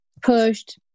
pushed